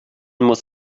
muss